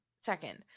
second